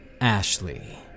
Ashley